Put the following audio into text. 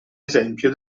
esempio